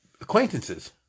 acquaintances